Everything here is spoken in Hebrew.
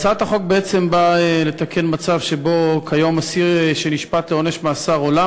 הצעת החוק בעצם באה לתקן את המצב כיום שבו אסיר שנשפט לעונש מאסר עולם